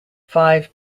five